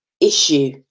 issue